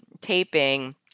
taping